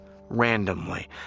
Randomly